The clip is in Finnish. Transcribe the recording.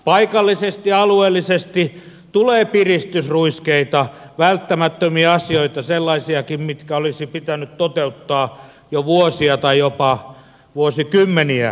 paikallisesti alueellisesti tulee piristysruiskeita välttämättömiä asioita sellaisiakin mitkä olisi pitänyt toteuttaa jo vuosia tai jopa vuosikymmeniä sitten